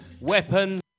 Weapon